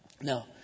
Now